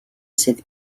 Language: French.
cette